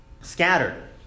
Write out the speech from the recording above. Scattered